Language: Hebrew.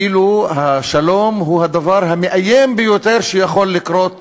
כאילו השלום הוא הדבר המאיים ביותר שיכול לקרות לעם.